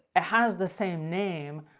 it has the same name,